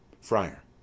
Friar